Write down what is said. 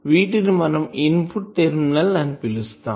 వీటిని మనం input terminal అని పిలుస్తాం